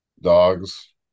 dogs